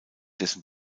dessen